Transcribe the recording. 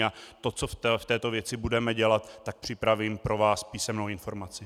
A to, co v této věci budeme dělat, připravím pro vás písemnou informaci.